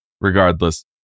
regardless